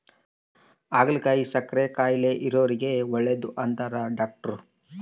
ಹಾಗಲಕಾಯಿ ಸಕ್ಕರೆ ಕಾಯಿಲೆ ಇರೊರಿಗೆ ಒಳ್ಳೆದು ಅಂತಾರ ಡಾಟ್ರು